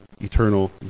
eternal